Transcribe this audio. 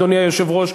אדוני היושב-ראש,